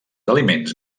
aliments